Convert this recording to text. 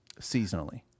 seasonally